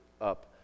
up